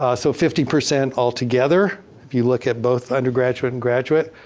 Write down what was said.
ah so fifty percent altogether if you look at both undergraduate and graduate.